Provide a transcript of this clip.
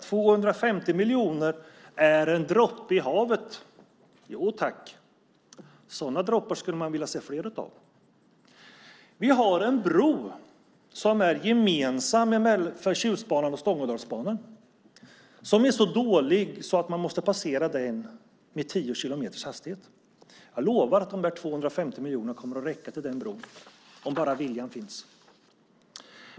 250 miljoner är en droppe i havet - jo tack, sådana droppar skulle man vilja se fler av! Vi har en bro som är gemensam för Tjustbanan och Stångådalsbanan. Den är så dålig att man måste passera den med 10 kilometers hastighet. Jag lovar att de där 250 miljonerna kommer att räcka till den bron om bara viljan finns.